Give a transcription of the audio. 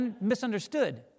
misunderstood